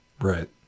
Right